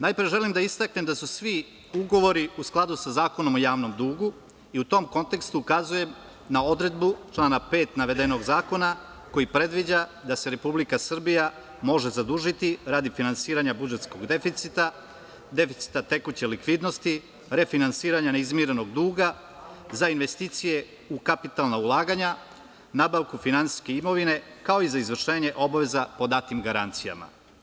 Najpre želim da istaknem da su svi ugovori u skladu sa Zakonom o javnom dugu i u tom kontekstu ukazujem na odredbu člana 5. navedenog zakona koji predviđa da se Republika Srbija može zadužiti radi finansiranja budžetskog deficita, deficita tekuće likvidnosti, refinansiranja neizmirenog duga za investicije u kapitalna ulaganja, nabavku finansijske imovine kao i za izvršenje obaveza pod datim garancijama.